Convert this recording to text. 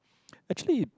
actually